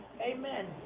Amen